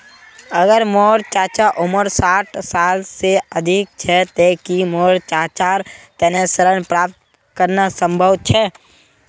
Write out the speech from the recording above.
अगर मोर चाचा उम्र साठ साल से अधिक छे ते कि मोर चाचार तने ऋण प्राप्त करना संभव छे?